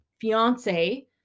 fiance